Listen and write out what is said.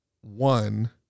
one